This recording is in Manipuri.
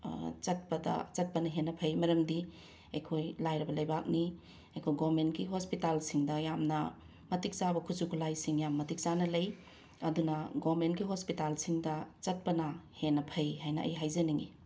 ꯆꯠꯄꯗ ꯆꯠꯄꯅ ꯍꯦꯟꯅ ꯐꯩ ꯃꯔꯝꯗꯤ ꯑꯩꯈꯣꯏ ꯂꯥꯏꯔꯕ ꯂꯩꯕꯥꯛꯅꯤ ꯑꯩꯈꯣꯏ ꯒꯣꯃꯦꯟꯀꯤ ꯍꯣꯁꯄꯤꯇꯥꯜꯁꯤꯡꯗ ꯌꯥꯝꯅ ꯃꯇꯤꯛ ꯆꯥꯕ ꯈꯨꯠꯁꯨ ꯈꯨꯠꯂꯥꯏꯁꯤꯡ ꯌꯥꯝꯅ ꯃꯇꯤꯛ ꯆꯥꯅ ꯂꯩ ꯑꯗꯨꯅ ꯒꯣꯃꯦꯟꯀꯤ ꯍꯣꯁꯄꯤꯇꯥꯜꯁꯤꯡꯗ ꯆꯠꯄꯅ ꯍꯦꯟꯅ ꯐꯩ ꯍꯥꯏꯅ ꯑꯩ ꯍꯥꯏꯖꯅꯤꯡꯏ